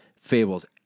Fables